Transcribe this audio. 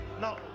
Now